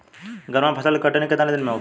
गर्मा फसल के कटनी केतना दिन में होखे?